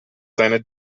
seine